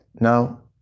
Now